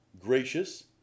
gracious